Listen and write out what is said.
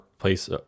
place